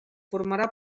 formarà